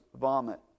vomit